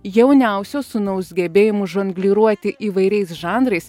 jauniausio sūnaus gebėjimu žongliruoti įvairiais žanrais